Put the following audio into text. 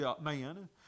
man